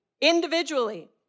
Individually